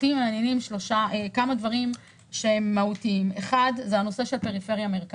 אותי מעניינים כמה דברים שהם מהותיים: אחד זה הנושא של פריפריה-מרכז.